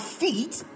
feet